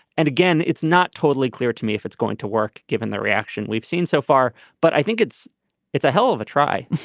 and again it's not totally clear to me if it's going to work given the reaction we've seen so far but i think it's it's a hell of a try